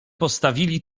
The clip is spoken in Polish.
postawili